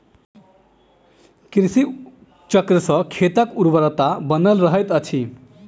कृषि चक्र सॅ खेतक उर्वरता बनल रहैत अछि